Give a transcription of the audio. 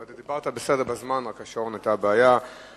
אתה עמדת בזמן, אבל היתה בעיה עם השעון.